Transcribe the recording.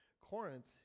Corinth